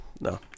no